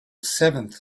seventh